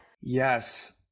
Yes